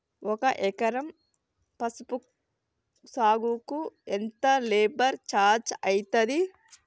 ఒక ఎకరం పసుపు సాగుకు ఎంత లేబర్ ఛార్జ్ అయితది?